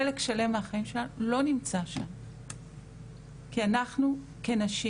חלק שלם מהחיים שלנו לא נמצא שם כי אנחנו כנשים